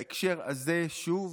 בהקשר הזה, שוב,